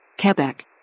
Quebec